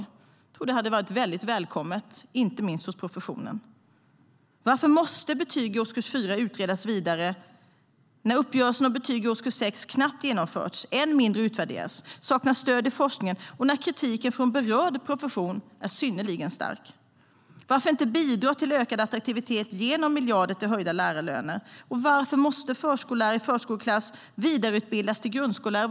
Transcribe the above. Jag tror att det hade varit väldigt välkommet, inte minst hos professionen. Varför inte bidra till ökad attraktivitet genom miljarder till höjda lärarlöner? Varför måste förskollärare i förskoleklass vidareutbildas till grundskollärare?